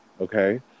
Okay